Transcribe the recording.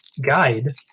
guide